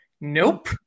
Nope